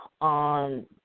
on